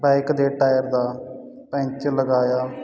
bike ਦੇ tyre ਦਾ puncture ਲਗਾਇਆ